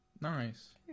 Nice